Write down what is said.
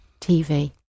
TV